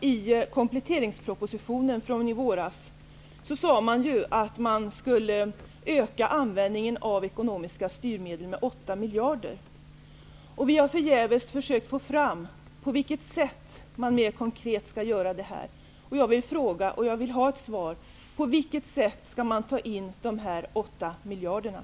I kompletteringspropositionen från i våras sades att användningen av ekonomiska styrmedel skulle öka med 8 miljarder. Vi har förgäves försökt få fram på vilket sätt man mer konkret skall göra detta. Jag vill fråga på vilket sätt man skall ta in dessa 8 miljarder, och jag vill ha ett svar.